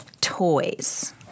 toys